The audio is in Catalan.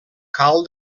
cal